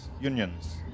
unions